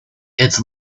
its